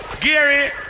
Gary